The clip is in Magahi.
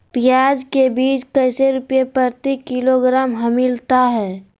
प्याज के बीज कैसे रुपए प्रति किलोग्राम हमिलता हैं?